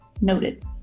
noted